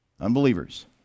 unbelievers